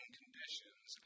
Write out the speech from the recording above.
conditions